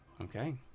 Okay